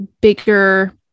bigger